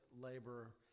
laborer